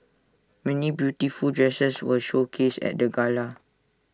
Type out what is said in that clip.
many beautiful dresses were showcased at the gala